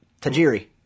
Tajiri